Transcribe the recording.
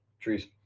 Trees